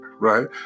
right